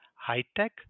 high-tech